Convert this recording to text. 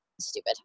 stupid